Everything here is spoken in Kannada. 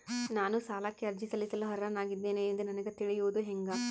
ನಾನು ಸಾಲಕ್ಕೆ ಅರ್ಜಿ ಸಲ್ಲಿಸಲು ಅರ್ಹನಾಗಿದ್ದೇನೆ ಎಂದು ನನಗ ತಿಳಿಯುವುದು ಹೆಂಗ?